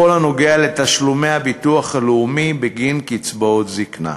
בכל הקשור לתשלומי הביטוח הלאומי בגין קצבאות זיקנה.